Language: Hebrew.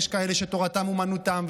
יש כאלה שתורתם אומנותם,